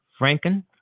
Franken